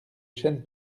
chêne